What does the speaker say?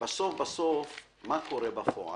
בסוף בסוף מה קורה בפועל?